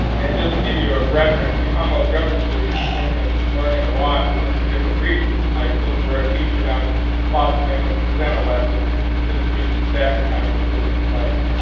and just to give you a reference, the commonwealth government school uses synchronous learning a lot within the different region high schools, where a teacher down in spotsylvania will present a lesson to the students in stafford county at their different sites.